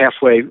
halfway